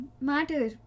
matter